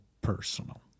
personal